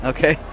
Okay